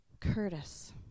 Curtis